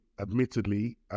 admittedly